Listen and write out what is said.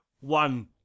one